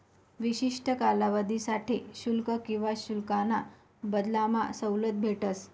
विशिष्ठ कालावधीसाठे शुल्क किवा शुल्काना बदलामा सवलत भेटस